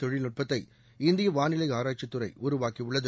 தொழில்நுட்பத்தை இந்திய வானிலை ஆராய்ச்சித்துறை உருவாக்கியுள்ளது